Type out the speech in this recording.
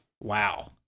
Wow